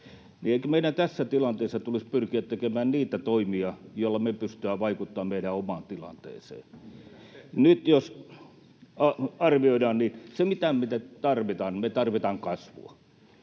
Eikö meidän tässä tilanteessa tulisi pyrkiä tekemään niitä toimia, joilla me pystytään vaikuttamaan meidän omaan tilanteeseen? Nyt jos arvioidaan, niin se, mitä tarvitaan, on se, että me tarvitaan kasvua.